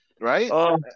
right